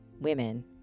women